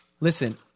listen